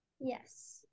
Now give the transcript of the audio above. Yes